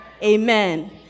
Amen